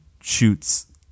shoots